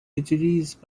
utilisent